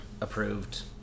approved